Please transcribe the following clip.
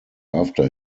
after